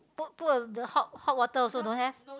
put put a the hot hot water also don't have